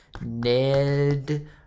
Ned